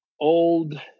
old